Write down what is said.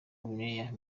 guinea